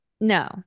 No